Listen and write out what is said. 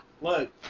look